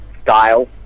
style